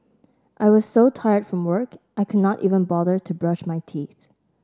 I was so tired from work I can not even bother to brush my teeth